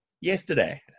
yesterday